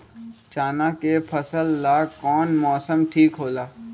चाना के फसल ला कौन मौसम ठीक होला?